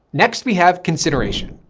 next we have consideration,